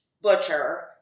butcher